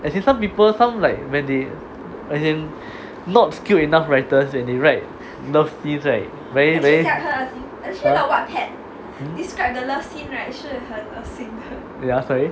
as in some people some like when they as in not skilled enough writers when they write love scenes right very very !huh! hmm ya sorry